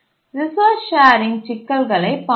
resource sharing சிக்கல்களைப் பார்த்தோம்